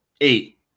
Eight